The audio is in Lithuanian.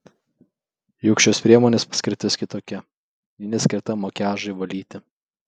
juk šios priemonės paskirtis kitokia ji neskirta makiažui valyti